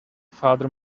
father